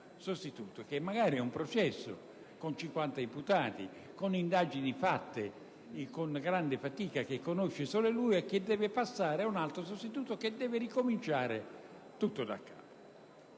sostituto (che magari ha un processo con 50 imputati, con indagini fatte con grande fatica e che conosce solo lui) e passare il procedimento a un altro sostituto che deve ricominciare tutto da capo.